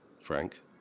Frank